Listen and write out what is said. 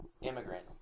immigrant